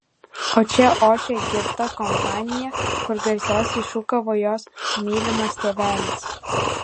o čia ošė girta kompanija kur garsiausiai šūkavo jos mylimas tėvelis